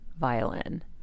violin